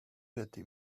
pity